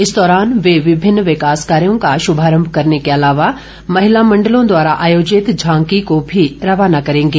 इस दौरान वे विभिन्न विकास कार्यों का शुभारंभ करने के अलावा महिला मंडलों द्वारा आयोजित झांकी को भी रवाना करेंगे